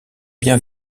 bien